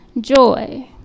joy